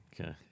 Okay